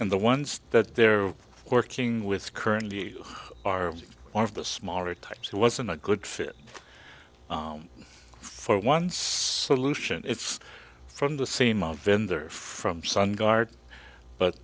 and the ones that they're working with currently are one of the smarter types who wasn't a good fit for once so lucian it's from the same our vendor from sun guard but